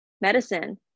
medicine